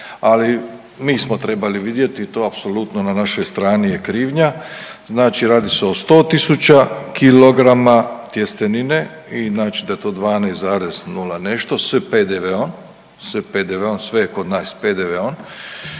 ali mi smo trebali vidjeti, to apsolutno na našoj strani je krivnja. Znači radi se o 100 tisuća kilograma tjestenine i znači da je to 12,0 nešto s PDV-om, s PDV-om, sve je kod nas s PDV-om